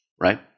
right